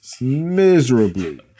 Miserably